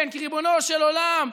כן, ריבונו של עולם.